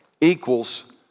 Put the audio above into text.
equals